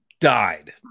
died